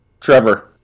Trevor